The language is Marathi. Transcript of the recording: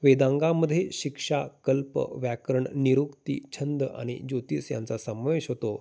वेदांंगामध्ये शिक्षा कल्प व्याकरण निरुक्ती छंद आणि ज्योतिष यांचा समावेश होतो